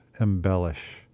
embellish